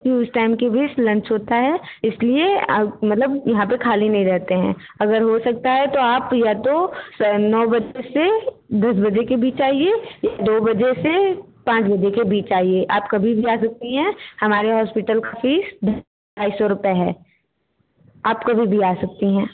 कि उस टाइम के बीच लंच होता है इसलिए मतलब यहाँ पर ख़ाली नहीं रहते हैं अगर हो सकता है तो आप या तो साढ़े नो बजे से दस बजे के बीच आइए दो बजे से पाँच बजे के बीच आइए आप कभी भी आ सकती हैं हमारे हॉस्पिटल का फ़ीस ढाई सौ रुपये है आप कभी भी आ सकती है